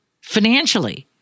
financially